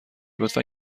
لطفا